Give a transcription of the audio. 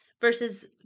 versus